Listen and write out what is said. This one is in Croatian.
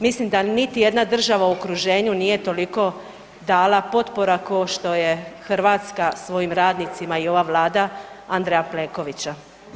Mislim da niti jedna država u okruženju nije toliko dala potpora kao što je Hrvatska svojim radnicima i ova Vlada Andreja Plenkovića.